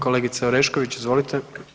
Kolegica Orešković izvolite.